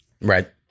Right